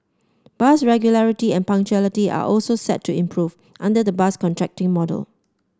bus regularity and punctuality are also set to improve under the bus contracting model